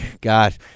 God